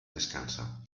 descansa